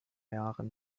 jahren